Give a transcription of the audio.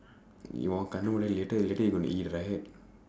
you want then later later you going to eat right